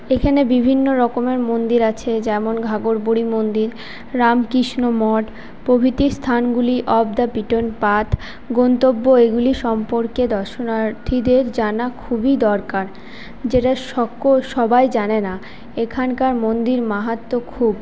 এখানে বিভিন্ন রকমের মন্দির আছে যেমন ঘাঘর বুড়ি মন্দির রামকৃষ্ণ মঠ প্রভৃতি স্থানগুলি অফ দা বিটেন পাথ গন্তব্য এইগুলি সম্পর্কে দর্শনার্থীদের জানা খুবই দরকার যেটা সক সবাই জানে না এখানকার মন্দির মাহাত্ব্য খুব